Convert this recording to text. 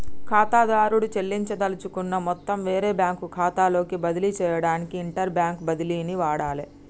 ఖాతాదారుడు చెల్లించదలుచుకున్న మొత్తం వేరే బ్యాంకు ఖాతాలోకి బదిలీ చేయడానికి ఇంటర్బ్యాంక్ బదిలీని వాడాలే